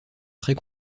trait